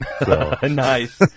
Nice